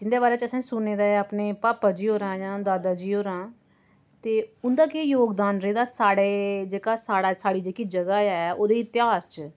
जिन्दे बारे च असें सुने दा ऐ अपने पापा जी होरें जां दादा जी होरें ते उन्दा केह् जोगदान रेह्दा साढ़े जेह्का साढ़ा साढ़ी जेह्की जगह ऐ ओह्दे इतहास च